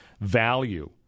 value